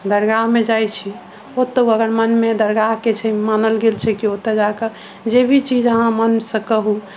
दरगाहो मे जाइ छी ओतौ अगर मन मे दरगाह के छै मानल गेल छै कि ओतऽ जाकऽ जे भी चीज अहाँ मन से कहूँ